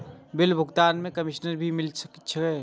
Bill भुगतान में commission भी मिले छै?